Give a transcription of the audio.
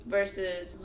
Versus